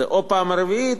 זה או הפעם הרביעית,